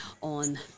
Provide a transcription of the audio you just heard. on